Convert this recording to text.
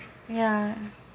ya